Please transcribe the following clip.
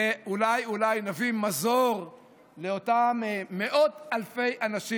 ואולי אולי נביא מזור לאותם מאות אלפי אנשים